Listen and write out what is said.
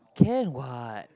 can what